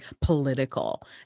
political